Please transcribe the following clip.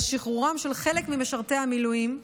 עם שחרורם של חלק ממשרתי המילואים,